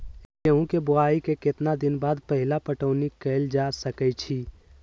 गेंहू के बोआई के केतना दिन बाद पहिला पटौनी कैल जा सकैछि?